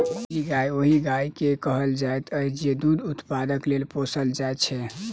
dairy गाय ओहि गाय के कहल जाइत अछि जे दूध उत्पादनक लेल पोसल जाइत छै